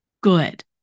good